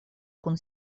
kun